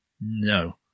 No